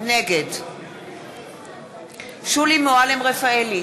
נגד שולי מועלם-רפאלי,